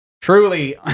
truly